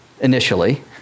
initially